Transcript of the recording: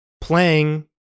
playing